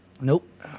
nope